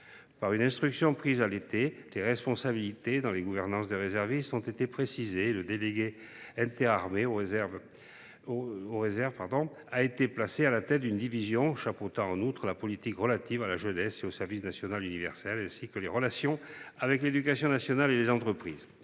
Par une instruction prise l’été dernier, les responsabilités dans la gouvernance des réservistes ont été précisées. En parallèle, le délégué interarmées aux réserves a été placé à la tête d’une division chapeautant la politique relative à la jeunesse et au service national universel (SNU), ainsi que les relations avec l’éducation nationale et les entreprises.